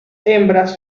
hembras